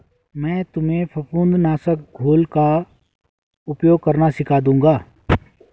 मैं तुम्हें फफूंद नाशक घोल का उपयोग करना सिखा दूंगा